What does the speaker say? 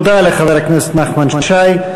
תודה לחבר הכנסת נחמן שי.